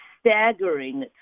Staggering